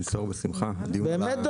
העמדה שלנו שם הייתה שעדיף פתרון מבני באמת,